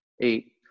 eight